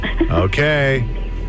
Okay